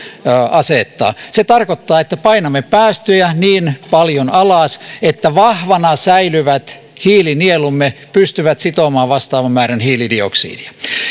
asettaa se tarkoittaa että painamme päästöjä niin paljon alas että vahvana säilyvät hiilinielumme pystyvät sitomaan vastaavan määrän hiilidioksidia